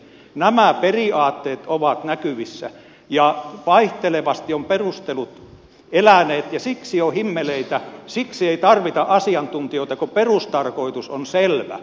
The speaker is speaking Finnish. nämä periaatteet ovat näkyvissä ja vaihtelevasti ovat perustelut eläneet ja siksi on himmeleitä siksi ei tarvita asiantuntijoita kun perustarkoitus on selvä